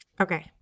Okay